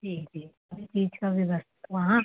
जी जी सब चीज का व्यवस्था वहाँ